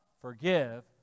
forgive